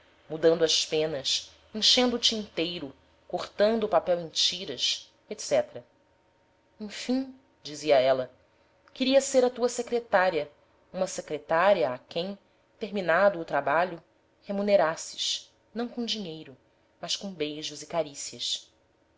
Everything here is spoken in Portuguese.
mudando as penas enchendo o tinteiro cortando o papel em tiras etc enfim dizia ela quisera ser a tua secretária uma secretária a quem terminado o trabalho remunerasses não com dinheiro mas com beijos e caricias